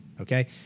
okay